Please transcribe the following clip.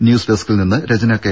news ഡെസ്കിൽനിന്ന് Rajana K